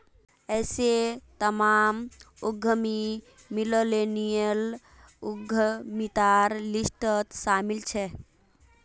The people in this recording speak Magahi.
ऐसे तमाम उद्यमी मिल्लेनियल उद्यमितार लिस्टत शामिल छे